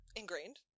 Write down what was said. ingrained